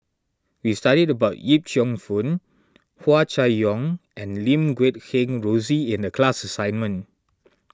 we studied about Yip Cheong Fun Hua Chai Yong and Lim Guat Kheng Rosie in the class assignment